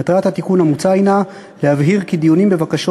מטרת התיקון המוצע היא להבהיר כי דיונים בבקשות